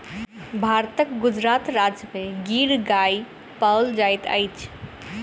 भारतक गुजरात राज्य में गिर गाय पाओल जाइत अछि